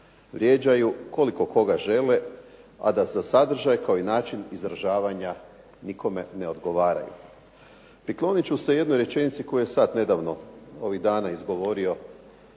Vrijeđaju koliko koga žele a da za sadržaj kao i način izražavanja nikome ne odgovaraju. Priklonit ću se jednoj rečenici koju je sada nedavno ovih dana izgovorio